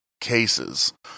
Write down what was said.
cases